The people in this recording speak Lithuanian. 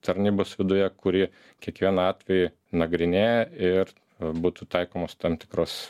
tarnybos viduje kuri kiekvieną atvejį nagrinėja ir būtų taikomos tam tikros